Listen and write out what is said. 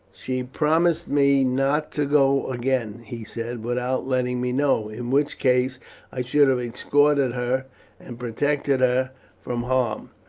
she promised me not to go again, he said, without letting me know, in which case i should have escorted her and protected her from harm.